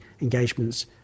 engagements